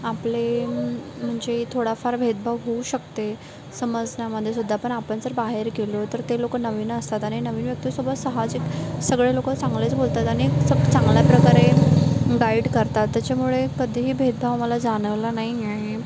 आपले म्हणजे थोडाफार भेदभाव होऊ शकते समजण्यामध्ये सुद्धा पण आपण जर बाहेर गेलो तर ते लोकं नवीन असतात आणि नवीन व्यक्तीसोबत साहजिक सगळे लोकं चांगलेच बोलतात आणि स चांगल्या प्रकारे गाईड करतात त्याच्यामुळे कधीही भेदभाव मला जाणवला नाही आहे